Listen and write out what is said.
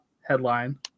headline